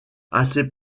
assez